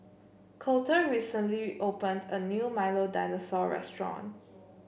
Colter recently opened a new Milo Dinosaur Restaurant